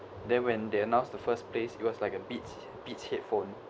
then when they announced the first place it was like a Beats Beats headphone